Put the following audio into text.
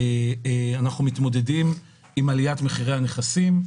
אנחנו מתמודדים עם עליית מחירי הנכסים,